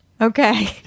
Okay